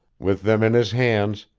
with them in his hands,